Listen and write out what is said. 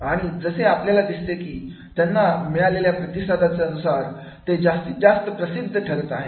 आणि जसे आपल्याला दिसते की त्यांना मिळालेल्या प्रतिसादाचा नुसार ते जास्तीत जास्त प्रसिद्ध ठरत आहेत